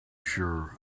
sure